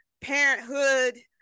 parenthood